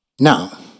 Now